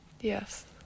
Yes